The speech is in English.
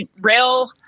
rail